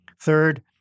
Third